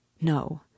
No